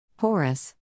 Horace